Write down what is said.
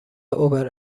اوبر